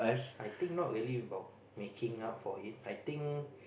I think not really about making up for it